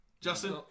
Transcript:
Justin